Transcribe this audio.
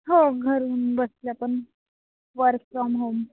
हो घरून बसल्या पण वर्क फ्रॉम होम